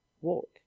walk